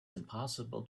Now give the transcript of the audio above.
impossible